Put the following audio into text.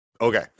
Okay